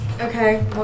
Okay